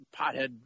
pothead